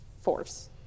force